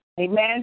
Amen